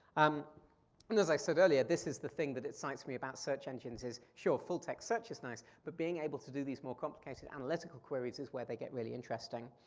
um and as i said earlier, this is the thing that excites me about search engines, is sure, full text search is nice, but being able to do these more complicated analytical queries is where they get really interesting.